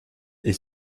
est